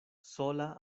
sola